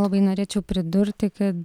labai norėčiau pridurti kad